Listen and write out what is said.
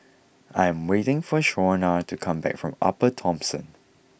I am waiting for Shaunna to come back from Upper Thomson